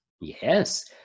Yes